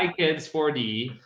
like kids forty.